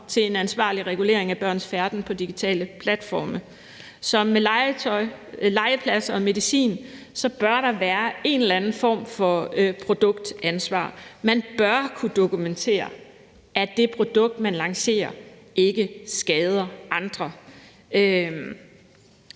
til en ansvarlig regulering af børns færden på digitale platforme. Som med legetøj, legepladser og medicin bør der være en eller anden form for produktansvar. Man bør kunne dokumentere, at det produkt, man lancerer, ikke skader andre.